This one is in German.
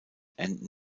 enden